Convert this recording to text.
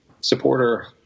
supporter